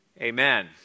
Amen